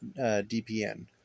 DPN